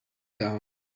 down